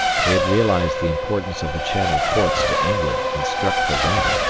we had realized the importance of the channel ports to england, and struck for them!